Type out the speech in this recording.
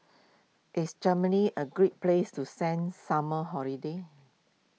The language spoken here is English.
is Germany a great place to sent summer holiday